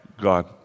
God